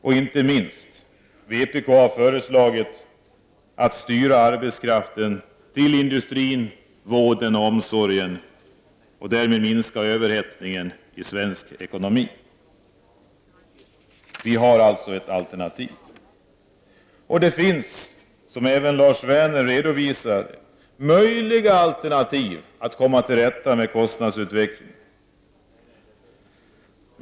Och inte minst: vpk har föreslagit att man skall styra arbetskraften till industrin, vården och omsorgen, och därmed minska överhettningen i svensk ekonomi. Vi har alltså ett alternativ. Det finns, som även Lars Werner redovisade, möjliga alternativ när det gäller att komma till rätta med kostnadsutvecklingen.